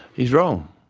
he's wrong,